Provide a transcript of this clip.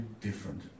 different